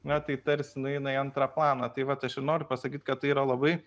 na tai tarsi nueina į antrą planą tai vat aš noriu pasakyt kad tai yra labai